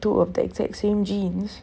two of that exact same jeans